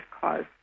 cause